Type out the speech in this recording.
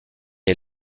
est